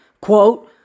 quote